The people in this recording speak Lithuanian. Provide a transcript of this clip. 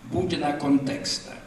būtiną kontekstą